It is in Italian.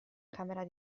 camera